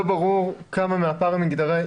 לא ברור כמה מהפער המגדרי,